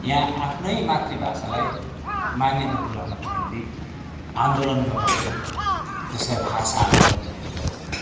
यहाँ आफ्नै मातृभाषालाई मान्यता दिलाउनको निम्ति आन्दोलन गर्न पऱ्यो जसलाई भाषा आन्दोलन भनिन्छ